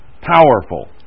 powerful